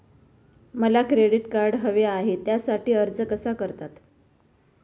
मला credit card हवे आहे त्यासाठी अर्ज कसा करतात?